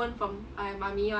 oh